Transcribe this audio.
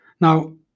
Now